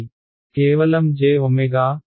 కేవలం j H